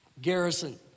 Garrison